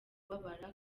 kubabara